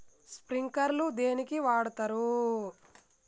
Sprinkler ను దేనికి వాడుతరు?